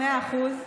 אתה צודק במאה אחוז.